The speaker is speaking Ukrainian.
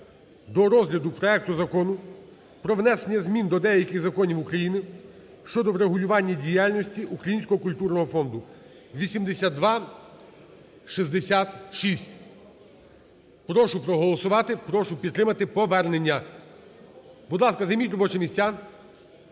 до розгляду проекту Закону про внесення змін до деяких законів України щодо врегулювання діяльності Українського культурного фонду (8266). Прошу проголосувати, прошу підтримати повернення. Будь ласка, займіть робочі місця.